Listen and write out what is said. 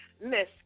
Miss